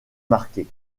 marquées